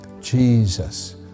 Jesus